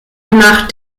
nach